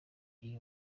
iyi